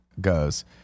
goes